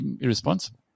irresponsible